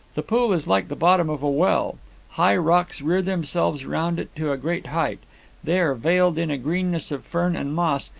the pool is like the bottom of a well high rocks rear themselves round it to a great height they are veiled in a greenness of fern and moss,